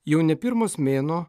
jau ne pirmas mėnuo